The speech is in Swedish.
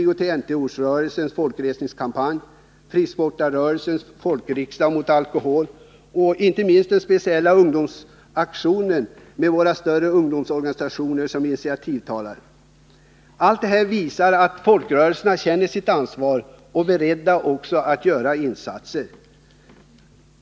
av IOGT-NTO-rörelsens folkresningskampanj, frisksportarrörelsens folkriksdag mot alkohol samt, inte minst, den speciella ungdomsaktionen med våra större ungdomsorganisationer som initiativtagare. Allt detta visar att folkrörelserna känner sitt ansvar och är beredda att göra insatser.